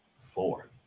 four